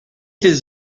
des